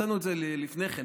הצענו את זה לפני כן,